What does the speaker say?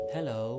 Hello